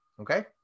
okay